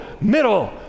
middle